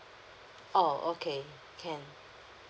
oh okay can